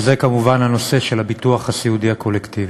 וזה כמובן הנושא של הביטוח הסיעודי הקולקטיבי.